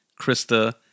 Krista